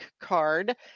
card